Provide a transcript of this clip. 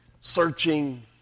searching